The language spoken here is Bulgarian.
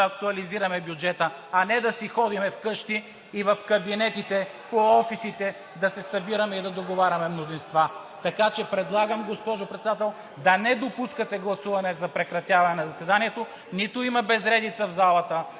актуализираме бюджета, а не да си ходим вкъщи и в кабинетите, по офисите, за да се събираме и да договаряме мнозинства. Така че предлагам, госпожо Председател, да не допускате гласуване за прекратяване на заседанието. Нито има безредица в залата,